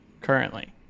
currently